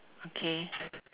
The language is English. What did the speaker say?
okay